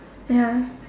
ya